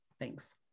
Thanks